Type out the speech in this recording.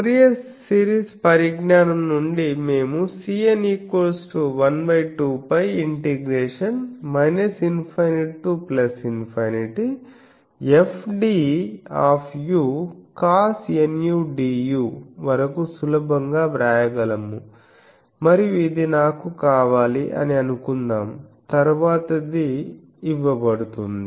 Fourier series పరిజ్ఞానం నుండి మేముCn 12πഽ ∞ to ∞Fdcosnudu వరకు సులభంగా వ్రాయగలము మరియు ఇది నాకు కావాలి అని అనుకుందాం తరువాతది ఇవ్వబడుతుంది